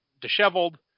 disheveled